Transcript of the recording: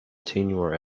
tenure